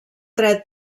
dret